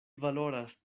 valoras